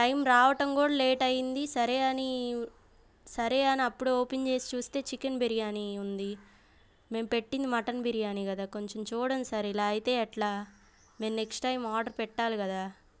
time రావటం కూడా late అయింది సరే అని సరే అన అప్పుడు ఓపెన్ చేసి చూస్తే చికెన్ బిర్యానీ ఉంది మేము పెట్టింది మటన్ బిర్యానీ కద కొంచెం చూడండి సార్ ఇలా అయితే ఎట్లా మేము నెక్స్ట్ టైమ్ ఆర్డర్ పెట్టాలి కదా